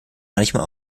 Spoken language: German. manchmal